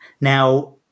Now